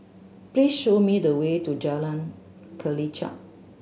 please show me the way to Jalan Kelichap